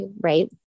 right